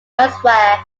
elsewhere